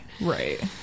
right